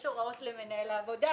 יש הוראות למנהל העבודה,